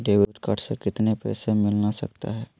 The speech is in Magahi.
डेबिट कार्ड से कितने पैसे मिलना सकता हैं?